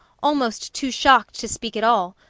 almost too shocked to speak at all.